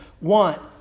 want